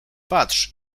patrz